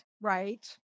Right